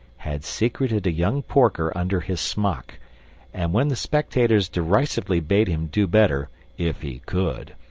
had secreted a young porker under his smock and when the spectators derisively bade him do better if he could,